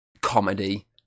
comedy